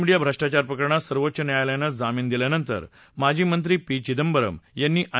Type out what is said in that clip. media भ्रष्टाचार प्रकरणात सर्वोच्च न्यायालयानं जामत्त दिल्यानंतर माजस्त्रिक्षा चिदंबरम यांना आई